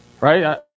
right